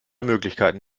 möglichkeiten